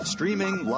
Streaming